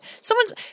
someone's